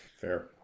Fair